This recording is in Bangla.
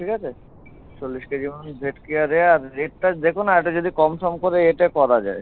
ঠিক আছে চল্লিশ কেজির মতোন ভেটকি আর এ আর রেটটা দেখুন আর একটু যদি কম সম করে এটা করা যায়